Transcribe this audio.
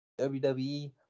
WWE